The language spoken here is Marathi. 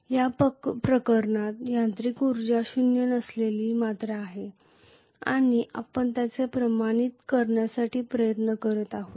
या प्रकरणात यांत्रिक ऊर्जा शून्य नसलेली मात्रा आहे आणि आपण त्याचे प्रमाणित करण्याचा प्रयत्न करीत आहोत